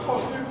ככה עושים.